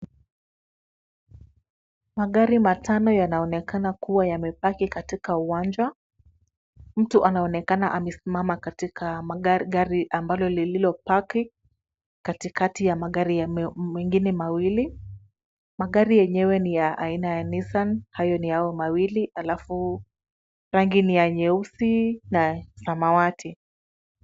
Magari matano yanaonekana kuwa yamepaki katika uwanja. Mtu anaonekana amesimama katika gari ambalo lililopaki katikati ya magari mengine mawili. Magari yenyewe ni ya aina ya Nissan hayo ni hayo mawili alafu rangi ni ya nyeusi na samawati.